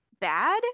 bad